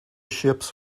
ships